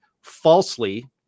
falsely